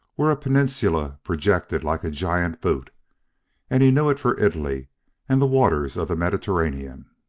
where a peninsula projected like a giant boot and he knew it for italy and the waters of the mediterranean.